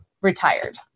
retired